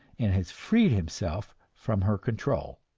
and has freed himself from her control.